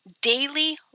daily